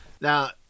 now